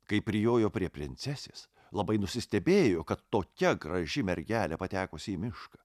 kai prijojo prie princesės labai nusistebėjo kad tokia graži mergelė patekusi į mišką